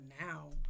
now